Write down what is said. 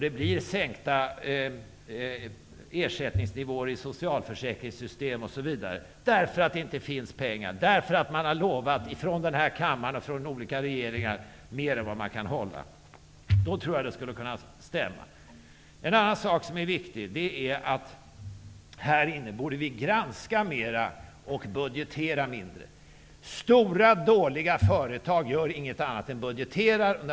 Det blir sänkta ersättningsnivåer i socialförsäkringssystemen, därför att det inte finns pengar, därför att man från den här kammaren och från olika regeringar har lovat mer än vad man kan hålla. En annan sak som är viktig är att vi här borde granska mera och budgetera mindre. Stora dåliga företag gör inget annat än budgeterar.